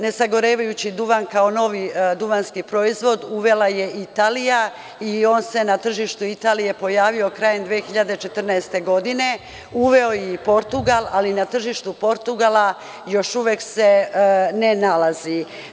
Nesagorevajući duvan kao novi duvanski proizvod uvela je Italija i on se na tržištu Italije pojavio krajem 2014. godine, uveo je i Portugal, ali se na tržištu još uvek ne nalazi.